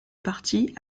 partie